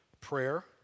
Prayer